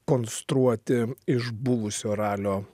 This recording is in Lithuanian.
konstruoti iš buvusio ralio